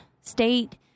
state